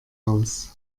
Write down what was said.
aus